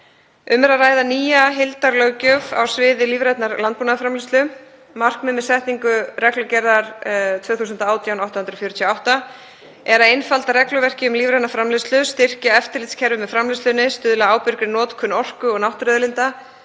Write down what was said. Um er að ræða nýja heildarlöggjöf á sviði lífrænnar landbúnaðarframleiðslu. Markmið með setningu reglugerðar (ESB) 2018/848 er að einfalda regluverkið um lífræna framleiðslu, styrkja eftirlitskerfið með framleiðslunni, stuðla að ábyrgri notkun orku og náttúruauðlinda,